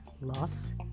loss